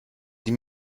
die